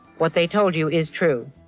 what they told you is true.